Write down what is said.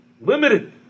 limited